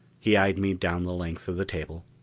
he eyed me down the length of the table.